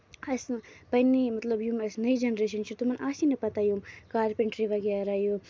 اَسہِ پَنٕنہِ مطلب یِم اَسہِ نٔوۍ جینریشن تِمن آسی نہٕ پَتہ یِم کارپینٹری وغیرہ یِم